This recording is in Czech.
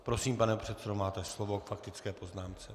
Prosím, pane předsedo, máte slovo k faktické poznámce.